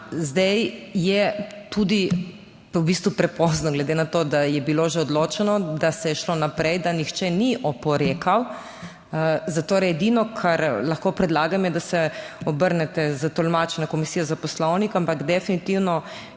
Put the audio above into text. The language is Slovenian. zdaj je tudi v bistvu prepozno, glede na to, da je bilo že odločeno, da se je šlo naprej, da nihče ni oporekal. Zatorej edino kar lahko predlagam je, da se obrnete s tolmači na Komisijo za Poslovnik, ampak definitivno